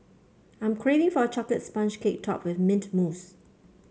I am craving for a chocolate sponge cake topped with mint mousse